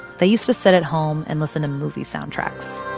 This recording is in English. they used to sit at home and listen to movie soundtracks.